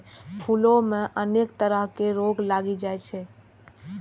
फूलो मे अनेक तरह रोग लागि जाइ छै